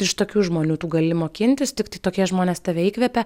iš tokių žmonių tu gali mokintis tiktai tokie žmonės tave įkvepia